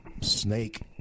snake